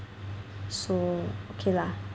so okay lah